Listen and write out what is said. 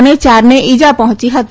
અને યારને ઇજા પહોંચી હતી